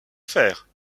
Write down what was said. faire